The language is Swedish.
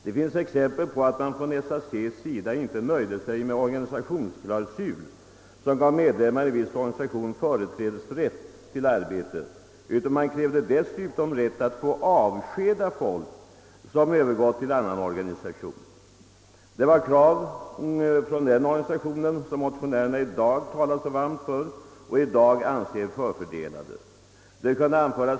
Det finns exempel på att SAC inte nöjde sig med den organisationsklausul, som gav medlemmar i viss organisation företrädesrätt till arbete, utan därutöver krävde rätt att få av skeda folk som övergått till annan organisation. Detta var alltså krav som framfördes från den organisation som motionärerna i dag talar så varmt för och vars medlemmar enligt motionärerna är förfördelade.